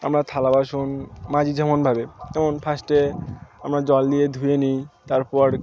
আমরা থালা বাসন মাজি যেমন ভাবে তেমন ফার্স্টে আমরা জল দিয়ে ধুয়ে নিই তার পর